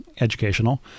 educational